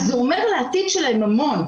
אז זה אומר על העתיד שלהם המון.